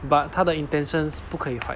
but 她的 intentions 不可以坏